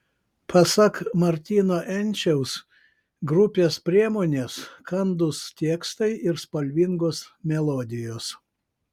pasak martyno enčiaus grupės priemonės kandūs tekstai ir spalvingos melodijos